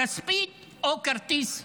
כספית או כרטיס חלופי,